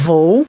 Vou